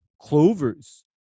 clovers